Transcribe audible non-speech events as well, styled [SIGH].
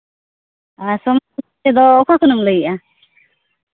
ᱟᱨ [UNINTELLIGIBLE] ᱚᱠᱟ ᱠᱷᱚᱱ ᱮᱢ ᱞᱟᱹᱭᱮᱜᱼᱟ